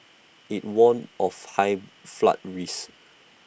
IT warned of high flood risk